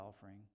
offering